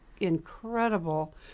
Incredible